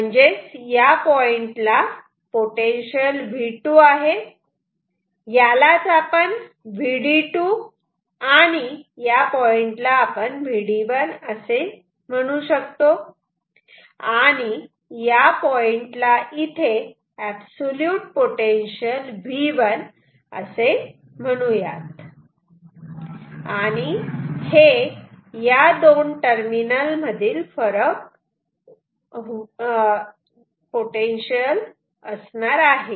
म्हणजेच या पॉइंटला पोटेन्शियल V2 आहे यालाच आपण Vd2 आणि याला Vd1 असे म्हणू शकतो आणि या पॉइंटला इथे अब्सोल्युट पोटेन्शियल V1 असे म्हणूयात आणि हे या दोन टर्मीनल मधील फरक असणार आहे